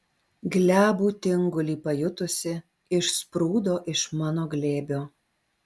glebų tingulį pajutusi išsprūdo iš mano glėbio